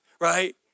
right